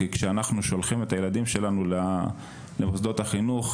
כי כשאנחנו שולחים את הילדים שלנו למוסדות החינוך,